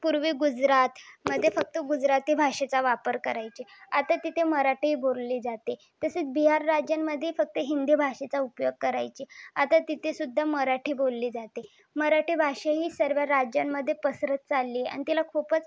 पूर्वी गुजरातमध्ये फक्त गुजराती भाषेचा वापर करायचे आता तिथे मराठीही बोलली जाते तसंच बिहार राज्यामध्ये फक्त हिंदी भाषेचा उपयोग करायचे आता तिथेसुद्धा मराठी बोलली जाते मराठी भाषा ही सर्व राज्यांमध्ये पसरत चालली आणि तिला खूपच